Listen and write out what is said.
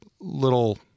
little